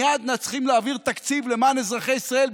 מייד צריכים להעביר תקציב למען אזרחי ישראל,